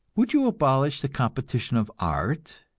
would you abolish the competition of art,